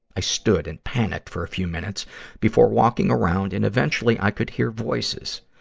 i stood and panicked for a few minutes before walking around, and eventually i could hear voices.